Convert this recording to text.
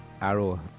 arrow